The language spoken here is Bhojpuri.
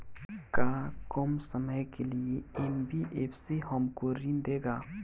का कम समय के लिए एन.बी.एफ.सी हमको ऋण देगा?